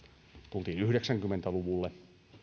tultiin yhdeksänkymmentä luvulle